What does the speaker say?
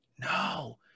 no